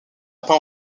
pas